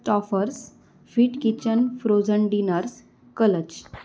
टॉफर्स fit kitchen frozen dinners कलच